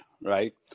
right